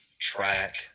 track